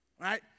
Right